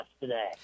today